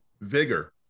vigor